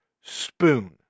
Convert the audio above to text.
spoon